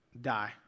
die